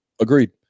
Agreed